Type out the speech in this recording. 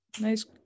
nice